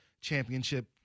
championship